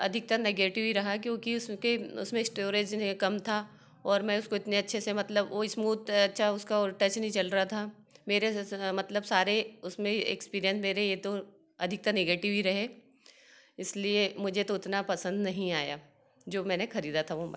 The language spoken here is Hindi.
अधिकतर नेगेटिव ही रहा क्योंकि उसके उसमें स्टोरेज कम था और मैं उसको इतने अच्छे से मतलब वह स्मूथ अच्छा उसका टच नहीं चल रहा था मेरे जैसा मतलब सारे उसमें एक्सपीरियंस मेरे ये तो अधिकतर नेगेटिव ही रहे इसलिए मुझे तो उतना पसंद नहीं आया जो मैंने ख़रीदा था मोबाइल